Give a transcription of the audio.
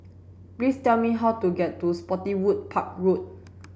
please tell me how to get to Spottiswoode Park Road